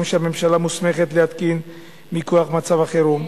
שהממשלה מוסמכת להתקין מכוח מצב החירום.